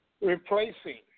replacing